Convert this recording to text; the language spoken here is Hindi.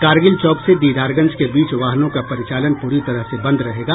कारगिल चौक से दीदारगंज के बीच वाहनों का परिचालन प्री तरह से बंद रहेगा